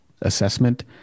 assessment